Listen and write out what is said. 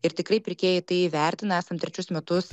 ir tikrai pirkėjai tai įvertina esam trečius metus